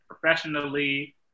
professionally